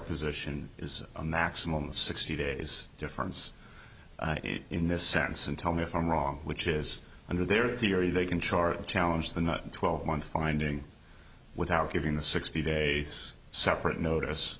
position is a maximum of sixty days difference in this sentence and tell me if i'm wrong which is under their theory they can charge challenge the not twelve month finding without giving the sixty days separate notice